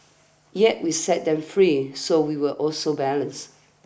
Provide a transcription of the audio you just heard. yet we set them free so we were also balanced